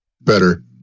better